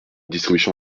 distribution